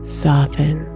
soften